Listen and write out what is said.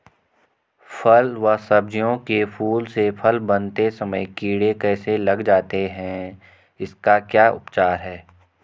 फ़ल व सब्जियों के फूल से फल बनते समय कीड़े कैसे लग जाते हैं इसका क्या उपचार है?